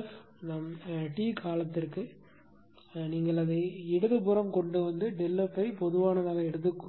F t காலத்திற்கு நீங்கள் அதை இடது புறம் கொண்டு வந்து ΔF ஐ பொதுவானதாக எடுத்துக் கொள்ளுங்கள்